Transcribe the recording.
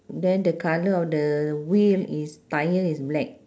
then the colour of the wheel is tire is black